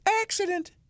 accident